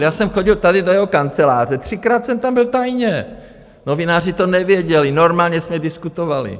Já jsem chodil tady do jeho kanceláře, třikrát jsem tam byl tajně, novináři to nevěděli, normálně jsme diskutovali.